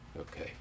Okay